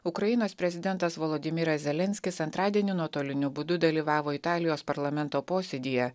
ukrainos prezidentas volodimyras zelenskis antradienį nuotoliniu būdu dalyvavo italijos parlamento posėdyje